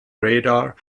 radar